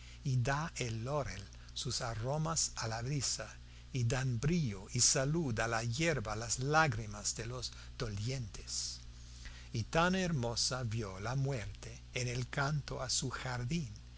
y da el laurel sus aromas a la brisa y dan brillo y salud a la yerba las lágrimas de los dolientes y tan hermoso vio la muerte en el canto a su jardín